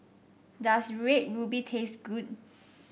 does Red Ruby taste good